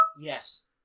Yes